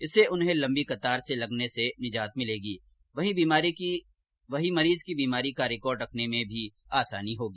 इससे उन्हें लम्बी कतार में लगने से निजात मिलेगी वहीं मरीज की बीमारी का रिकॉर्ड रखने में भी आसानी होगी